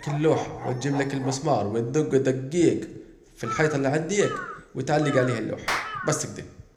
تجيبلك اللوحة وتجيبلك المسمار ودج دجيج في الحيطة الي عنديك وتعلج عليها اللوحة بس اكده